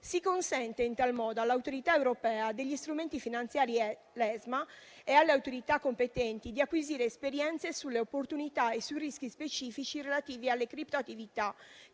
Si consente in tal modo all'Autorità europea degli strumenti finanziari e alle autorità competenti di acquisire esperienze sulle opportunità e sui rischi specifici relativi alle criptoattività